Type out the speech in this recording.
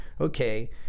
okay